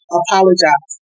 apologize